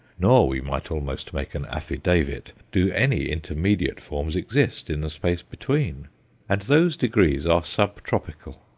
nor we might almost make an affidavit do any intermediate forms exist in the space between and those degrees are sub-tropical,